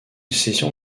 session